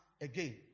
again